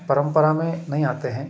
परंपरा में नहीं आते हैं